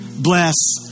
bless